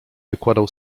wykładał